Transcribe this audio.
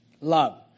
Love